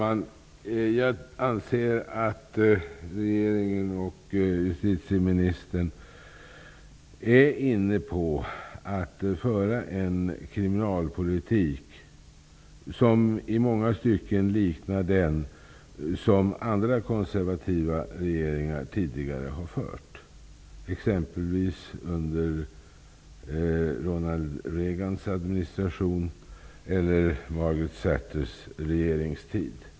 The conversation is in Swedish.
Jag anser att regeringen och justitieministern är inne på att föra en kriminalpolitik som i många stycken liknar den som andra konservativa regeringar tidigare har fört; exempelvis den som fördes under Ronald Reagans administration, eller under Margaret Thatchers regeringstid.